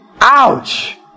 Ouch